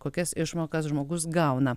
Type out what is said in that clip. kokias išmokas žmogus gauna